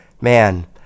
man